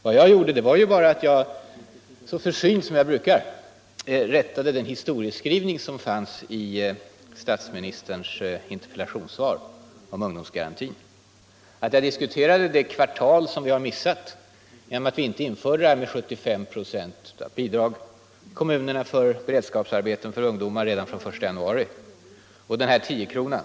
Vad jag gjorde var ju bara att jag — så försynt som jag brukar — rättade den historieskrivning, som fanns i statsministerns interpellationssvar om ungdomsgarantin. Jag diskuterade det kvartal som vi har missat genom att vi inte införde detta med 75 96 av bidragen till kommunerna för beredskapsarbete för ungdomar redan från den 1 januari, liksom tiokronan.